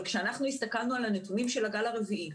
אבל כשהסתכלנו על הנתונים של הגל הרביעי,